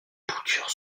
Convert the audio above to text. boutures